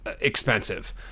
expensive